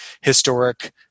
historic